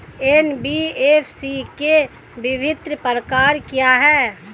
NBFC के विभिन्न प्रकार क्या हैं?